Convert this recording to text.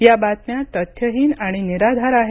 या बातम्या तथ्यहीन आणि निराधार आहेत